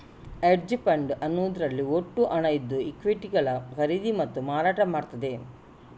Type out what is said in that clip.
hedge fund ಅನ್ನುದ್ರಲ್ಲಿ ಒಟ್ಟು ಹಣ ಇದ್ದು ಈಕ್ವಿಟಿಗಳ ಖರೀದಿ ಮತ್ತೆ ಮಾರಾಟ ಮಾಡ್ತದೆ